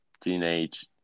teenage